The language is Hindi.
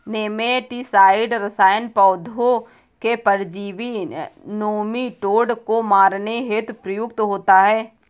नेमेटीसाइड रसायन पौधों के परजीवी नोमीटोड को मारने हेतु प्रयुक्त होता है